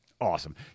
Awesome